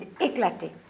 éclaté